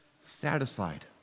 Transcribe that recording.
satisfied